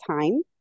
time